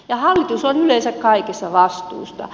ja hallitus on yleensä kaikesta vastuussa